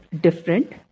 different